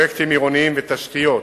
בפרויקטים עירוניים ותשתיות